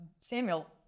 samuel